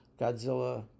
Godzilla